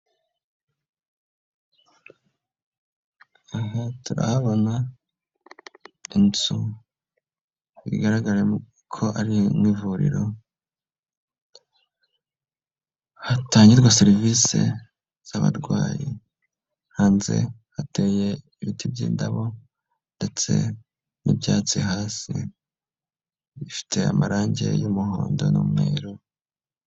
Aha turahabona inzu bigaraga ko ari nk'ivuriro. Hatangirwa serivisi z'abarwayi. Hanze hateye ibiti by'indabo ndetse n'ibyatsi. Hasi bifite amarangi y'umuhondo n'umweru.